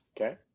Okay